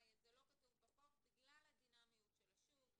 לא כתוב בחוק בגלל הדינמיות של השוק,